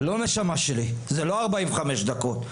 לא נשמה שלי, זה לא 45 דקות.